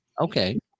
Okay